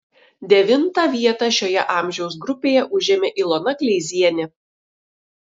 devintą vietą šioje amžiaus grupėje užėmė ilona kleizienė